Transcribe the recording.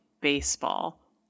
baseball